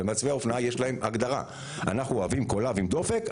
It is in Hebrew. ולמעצבי האופנה יש הגדרה: אנחנו אוהבים קולב עם דופק,